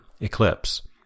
Eclipse